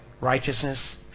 righteousness